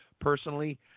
personally